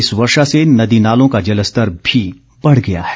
इस वर्षा से नदी नालों का जलस्तर भी बढ़ गया है